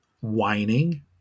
whining